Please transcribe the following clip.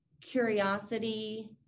curiosity